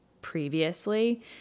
previously